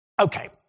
okay